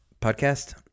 podcast